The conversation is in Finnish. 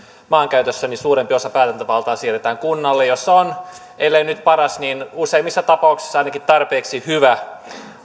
maankäytössä suurempi osa päätäntävaltaa siirretään kunnalle jossa on ellei nyt paras niin useimmissa tapauksissa ainakin tarpeeksi hyvä